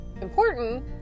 important